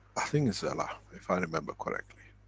i think it's ella, if i remember correctly.